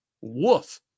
woof